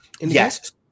Yes